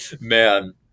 Man